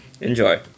enjoy